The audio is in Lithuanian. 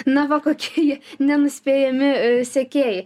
na va kokie jie nenuspėjami sekėjai